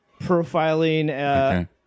profiling